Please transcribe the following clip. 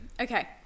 Okay